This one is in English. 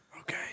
Okay